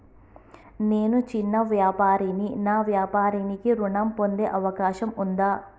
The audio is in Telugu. నేను చిన్న వ్యాపారిని నా వ్యాపారానికి ఋణం పొందే అవకాశం ఉందా?